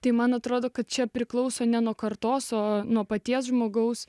tai man atrodo kad čia priklauso ne nuo kartos o nuo paties žmogaus